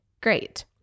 Great